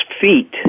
feet